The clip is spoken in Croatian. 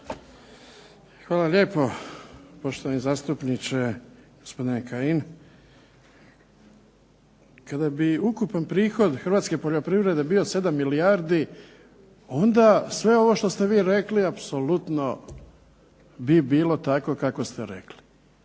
Hvala lijepo. Poštovani zastupniče gospodine Kajin kada bi ukupan prihod hrvatske poljoprivrede bio 7 milijardi onda sve ovo što ste vi rekli apsolutno bi bilo tako kako ste rekli,